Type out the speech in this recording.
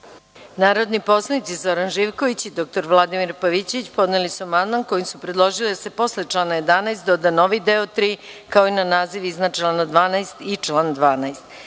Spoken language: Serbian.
Narodni poslanici Zoran Živković i dr Vladimir Pavićević podneli su amandman kojim su predložili da se posle člana 11. doda novi deo III, kao i na naziv iznad člana 12. i član